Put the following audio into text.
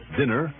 dinner